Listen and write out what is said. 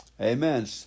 Amen